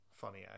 funny